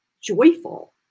joyful